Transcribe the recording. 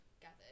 gathered